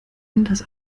anders